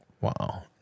wow